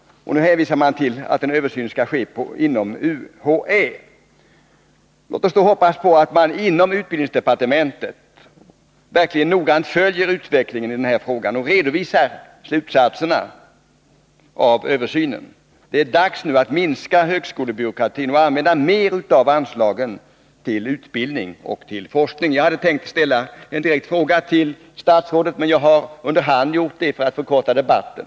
Nu hänvisar man till att en översyn skall ske inom UHÄ. Låt oss då hoppas på att man inom utbildningsdepartementet verkligen noggrant följer utvecklingen i denna fråga och redovisar slutsatserna av översynen. Det är dags nu att minska högskolebyråkratin och använda mer av anslaget till utbildning och forskning. Jag hade tänkt ställa en direkt fråga till statsrådet, men jag har i stället gjort det underhand för att förkorta debatten.